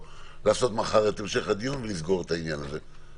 לעשות מחר את המשך הדיון ולסגור את העניין הזה.